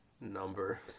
number